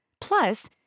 Plus